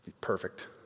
perfect